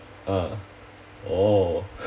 ah oh